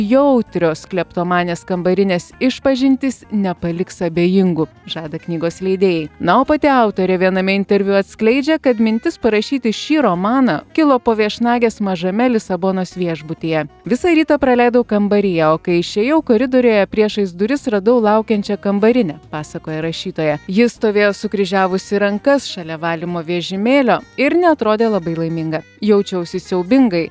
jautrios kleptomanės kambarinės išpažintys nepaliks abejingų žada knygos leidėjai na o pati autorė viename interviu atskleidžia kad mintis parašyti šį romaną kilo po viešnagės mažame lisabonos viešbutyje visą rytą praleidau kambaryje o kai išėjau koridoriuje priešais duris radau laukiančią kambarinę pasakoja rašytoja ji stovėjo sukryžiavusi rankas šalia valymo vežimėlio ir neatrodė labai laiminga jaučiausi siaubingai